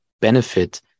benefit